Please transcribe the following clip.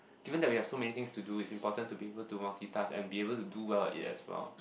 even that we have so many things to do is important to be able to multitask and be able to do well yes well